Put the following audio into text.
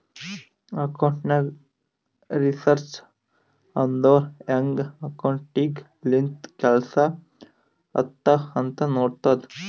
accounting research ಅಂದುರ್ ಹ್ಯಾಂಗ್ accounting ಲಿಂತ ಕೆಲ್ಸಾ ಆತ್ತಾವ್ ಅಂತ್ ನೋಡ್ತುದ್